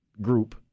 group